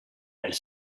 elle